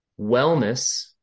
wellness